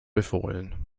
befohlen